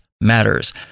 Matters